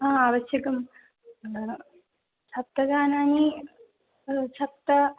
हा आवश्यकं सप्तगानानि सप्त